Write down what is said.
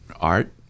art